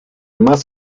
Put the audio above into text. más